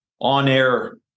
on-air